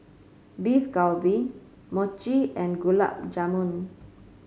Beef Galbi Mochi and Gulab Jamun